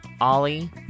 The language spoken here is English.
Ollie